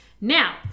now